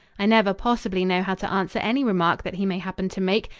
i never possibly know how to answer any remark that he may happen to make,